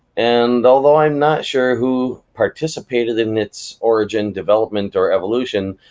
and although i'm not sure who participated in its origin, development, or evolution,